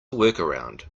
workaround